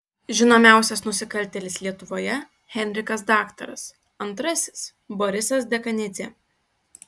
žinomiausias nusikaltėlis lietuvoje henrikas daktaras antrasis borisas dekanidzė